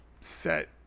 set